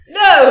no